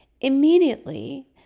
Immediately